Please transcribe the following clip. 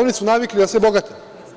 Oni su navikli da se bogate,